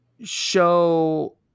show